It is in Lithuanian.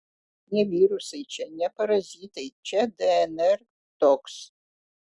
ne virusai čia ne parazitai čia dnr toks